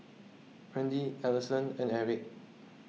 Randi Ellison and Erick